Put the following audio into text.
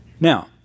Now